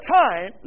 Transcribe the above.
time